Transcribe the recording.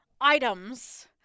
items